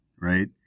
right